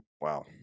Wow